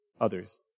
others